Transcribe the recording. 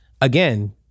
again